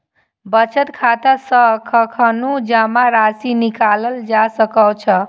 बचत खाता सं कखनहुं जमा राशि निकालल जा सकै छै